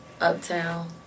Uptown